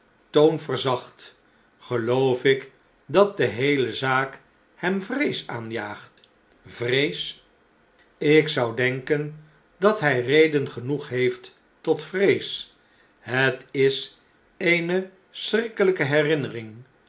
toon verzacht geloof ik dat de heele zaak hem vrees aanjaagt vrees ik zou denken dat hij reden genoeg heeft tot vrees het is eerie schrikkelijke herinnering